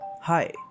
Hi